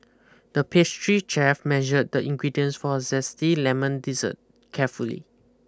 the pastry chef measured the ingredients for a zesty lemon dessert carefully